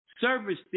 Service